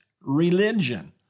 religion